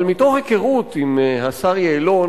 אבל מתוך היכרות עם השר יעלון,